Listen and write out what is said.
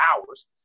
hours